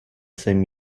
same